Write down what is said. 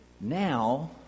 now